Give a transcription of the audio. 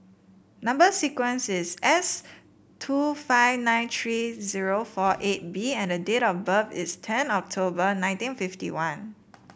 number sequence is S two five nine three zero four eight B and the date of birth is ten October nineteen fifty one